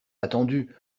attendu